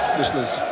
listeners